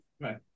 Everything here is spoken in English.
Right